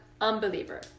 unbeliever